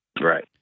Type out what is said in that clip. Right